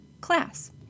class